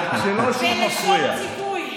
זה לשון ציווי.